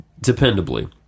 dependably